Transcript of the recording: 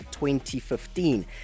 2015